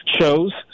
shows